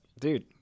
dude